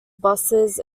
buses